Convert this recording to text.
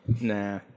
Nah